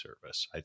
service